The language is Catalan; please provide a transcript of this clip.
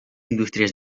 indústries